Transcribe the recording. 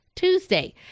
Tuesday